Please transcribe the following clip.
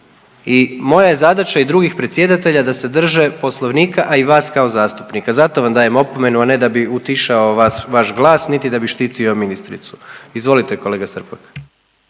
i moja je zadaća i drugih predsjedatelja da se drže Poslovnika, a i vas kao zastupnika. Zato vam dajem opomenu, a ne da bi utišao vaš glas niti da bi štitio ministricu. Izvolite kolega Srpak.